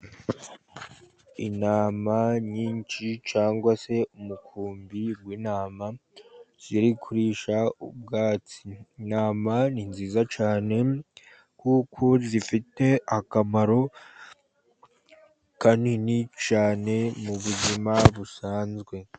Intama nyinshi cyangwa se umukumbi w'intama ziri kurisha ubwatsi, intama ni nziza cyane kuko zifite akamaro kanini cyane mu buzima busanzwe.